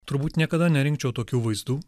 turbūt niekada nerinkčiau tokių vaizdų